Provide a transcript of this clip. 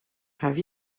have